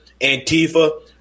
Antifa